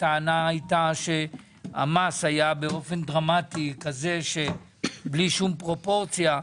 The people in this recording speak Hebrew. הטענה הייתה שהמס הוא באופן דרמטי ובלי שום פרופורציה.